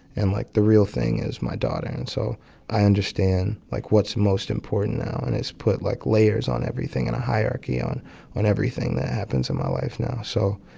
and, like, the real thing is my daughter. and so i understand, like, what's most important now. and it's put, like, layers on everything and a hierarchy on on everything that happens in my life now. so,